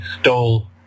stole